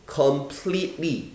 completely